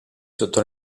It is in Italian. sotto